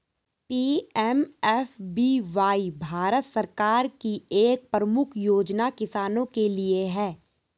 PMFBY Bharat सरकार की एक प्रमुख योजना किसानों के लिए है